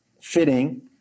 fitting